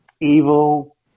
Evil